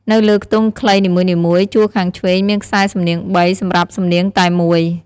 នៅលើខ្ទង់ខ្លីនីមួយៗ ជួរខាងឆ្វេង មានខ្សែសំនៀង ៣ សំរាប់សំនៀងតែ១។